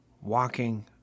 walking